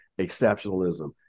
exceptionalism